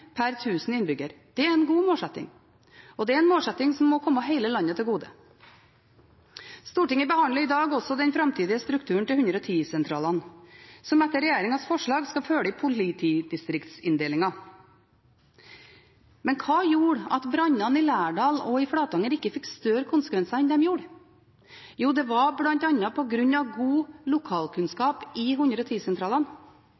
per tusen innbyggere. Det er en god målsetting, og det er en målsetting som må komme hele landet til gode. Stortinget behandler i dag også den framtidige strukturen til 110-sentralene, som etter regjeringens forslag skal følge politidistriktsinndelingen. Men hva gjorde at brannene i Lærdal og i Flatanger ikke fikk større konsekvenser enn de gjorde? Jo, det var bl.a. på grunn av god lokalkunnskap i